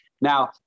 Now